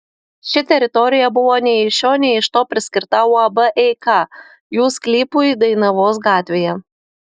ši teritorija buvo nei iš šio nei iš to priskirta uab eika jų sklypui dainavos gatvėje